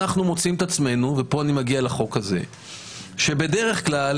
אנחנו מוצאים את עצמנו - ופה אני מגיע לחוק הזה - שבדרך כלל,